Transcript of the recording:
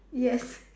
yes